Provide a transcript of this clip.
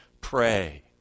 pray